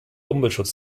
umweltschutz